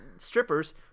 strippers